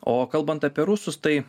o kalbant apie rusus tai